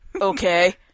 Okay